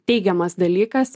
teigiamas dalykas